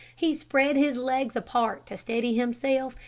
he spread his legs apart to steady himself,